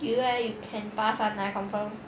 you leh you can pass [one] lah confirm